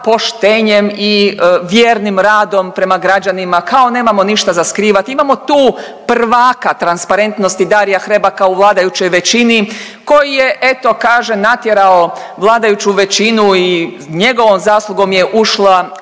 poštenjem i vjernim radom prema građanima, kao nemamo ništa za skrivati, imamo tu prvaka transparentnosti Darija Hrebaka u vladajućoj većini koji je, eto, kaže, natjerao vladajuću većinu i njegovom zaslugom je ušla